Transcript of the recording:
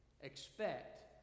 Expect